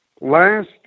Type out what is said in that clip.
last